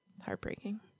heartbreaking